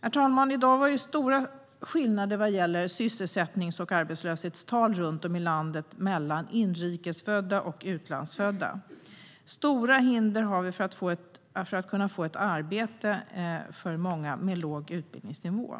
Herr talman! I dag har vi stora skillnader vad gäller sysselsättnings och arbetslöshetstal runt om i landet mellan inrikesfödda och utlandsfödda. Vi har stora hinder att få ett arbete för många med låg utbildningsnivå.